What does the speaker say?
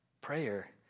prayer